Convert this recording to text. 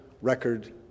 record